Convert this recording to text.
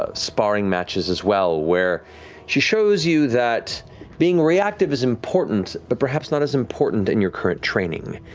ah sparring matches as well where she shows you that being reactive is important, but perhaps not as important in your current training.